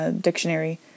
dictionary